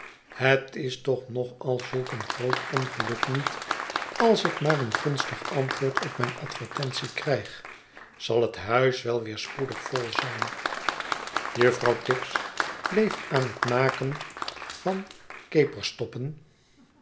het is toch nog al zulk een groot ongeluk niet als ik maar een gunstig antwoord op mijn advertentie krijg zal het huis wel weer spoedig vol zijn juffrouw tibbs bleef aan het maken van